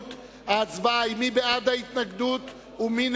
הוועדה המשותפת לוועדת הכלכלה ולוועדת